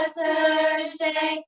Thursday